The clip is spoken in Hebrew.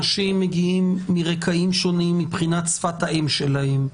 אנשים מגיעים מרקעים שונים מבחינת שפת האם שלהם.